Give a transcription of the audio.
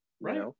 Right